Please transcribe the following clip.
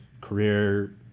career